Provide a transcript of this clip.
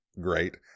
great